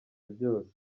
byose